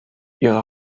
ihre